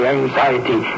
Anxiety